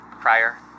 prior